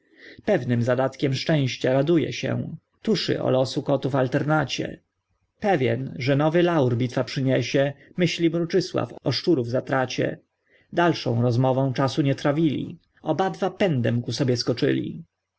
pewnym zadatkiem szczęścia raduje się tuszy o losu kotów alternacie pewien że nowy laur bitwa przyniesie myśli mruczysław o szczurów zatracie dalszą rozmową czasu nie trawili obadwa pędem ku sobie skoczyli